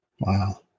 wow